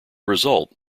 result